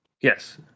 Yes